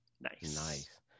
nice